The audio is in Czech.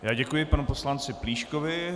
Já děkuji panu poslanci Plíškovi.